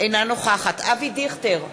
אינה נוכחת אבי דיכטר,